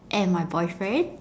and my boyfriend